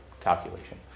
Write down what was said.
calculation